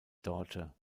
daughter